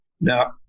Now